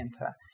enter